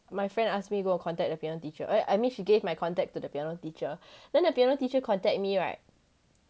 my friend ask me go contact the piano teacher I I mean she gave my contact to the piano teacher then the piano teacher contact me right